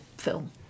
film